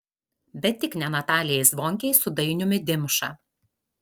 bet tik ne natalijai zvonkei su dainiumi dimša